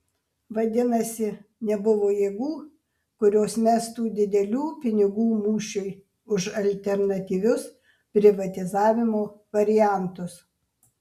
vadinasi nebuvo jėgų kurios mestų didelių pinigų mūšiui už alternatyvius privatizavimo variantus